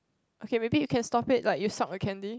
okay maybe you can stop it like you stop a candy